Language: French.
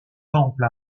temple